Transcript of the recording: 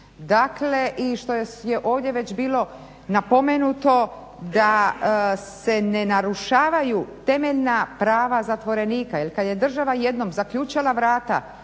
Dakle, i što je ovdje već bilo napomenuto da se ne narušavaju temeljna prava zatvorenika. Jer kad je država jednom zaključala vrata,